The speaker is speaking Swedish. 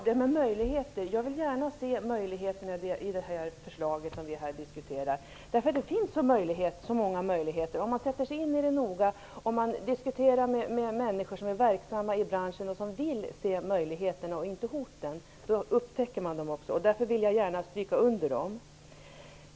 Herr talman! Jag vill gärna se möjligheterna med det här förslaget. Det finns många möjligheter. Om man sätter sig in i förslaget noga, om man diskuterar med människor som är verksamma i branschen och som vill se möjligheterna och inte hoten, då upptäcker man dem också. Därför vill jag gärna stryka under dem.